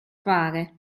fare